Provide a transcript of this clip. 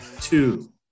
two